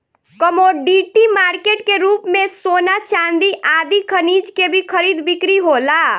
commodity market के रूप में सोना चांदी आदि खनिज के भी खरीद बिक्री होला